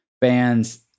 bands